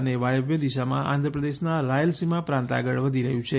અને એ વાયવ્ય દિશામાં આંધ્રપ્રદેશનાં રાયલસીમા પ્રાંત આગળ વધી રહ્યું છે